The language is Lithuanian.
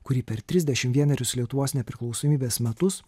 kuri per trisdešimt vienerius lietuvos nepriklausomybės metus